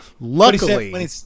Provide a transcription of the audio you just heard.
luckily